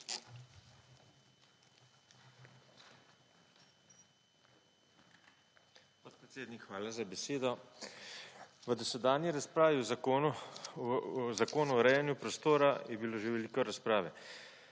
hvala za besedo. V dosedanji razpravi o Zakonu o urejanju prostora je bilo že veliko razprave.